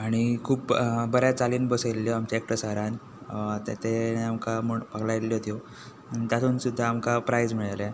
आनी खूब बऱ्या चालीन बसयिल्लो आमच्या एकट्या सरान ते ताणे आमकां म्हणपाक लायल्यो त्यो तातूंत सुद्दां आमकां प्रायज मेळिल्ले